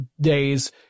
days